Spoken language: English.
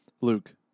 Luke